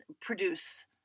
produce